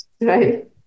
Right